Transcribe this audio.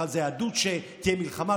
בכלל ידעו שתהיה מלחמה,